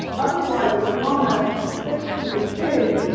otherwise the corona sticks to your skin